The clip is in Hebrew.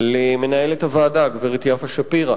למנהלת הוועדה, הגברת יפה שפירא,